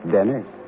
Dennis